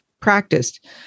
practiced